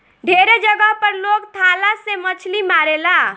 ढेरे जगह पर लोग भाला से मछली मारेला